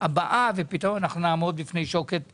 הבאה ונעמוד פתאום בפני שוקת שבורה.